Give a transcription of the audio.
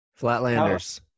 Flatlanders